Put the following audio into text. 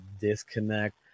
disconnect